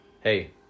Hey